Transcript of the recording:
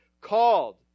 called